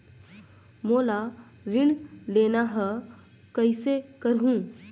मोला ऋण लेना ह, कइसे करहुँ?